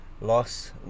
loss